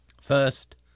First